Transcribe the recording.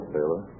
Taylor